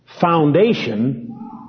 foundation